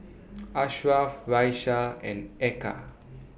Ashraf Raisya and Eka